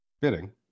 bidding